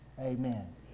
Amen